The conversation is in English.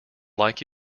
like